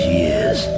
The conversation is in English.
years